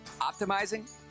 optimizing